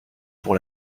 pour